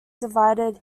divided